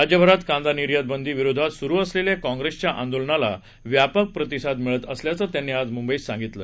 राज्यभरात कांदा निर्यात बंदी विरोधात सुरु असलेल्या काँग्रेसच्या आंदोलनाला व्यापक प्रतिसाद मिळत असल्याचं त्यांनी आज मुंबईत सांगितलं